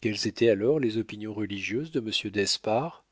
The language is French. quelles étaient alors les opinions religieuses de monsieur d'espard